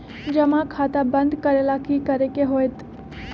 जमा खाता बंद करे ला की करे के होएत?